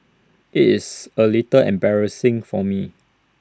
IT is A little embarrassing for me